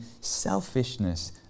selfishness